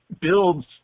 builds